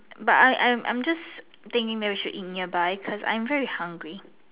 but I'm I'm I'm just thinking maybe we should eat nearby cause I am very hungry